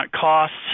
costs